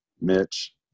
Mitch